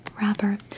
wrapper